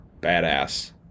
badass